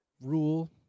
rule